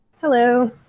Hello